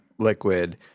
Liquid